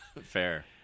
Fair